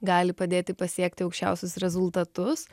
gali padėti pasiekti aukščiausius rezultatus